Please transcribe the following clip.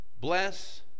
Bless